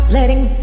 Letting